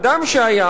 אדם שהיה,